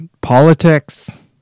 politics